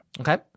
Okay